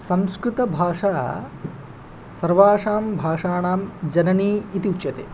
संस्कृतभाषा सर्वासां भाषाणां जननी इति उच्यते